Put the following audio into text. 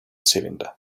cylinder